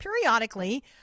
periodically